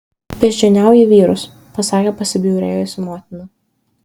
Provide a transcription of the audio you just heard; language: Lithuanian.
beždžioniauji vyrus pasakė pasibjaurėjusi motina